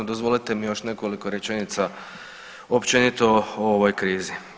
Dozvolite mi još nekoliko rečenica općenito o ovoj krizi.